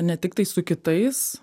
ne tiktai su kitais